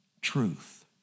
Truth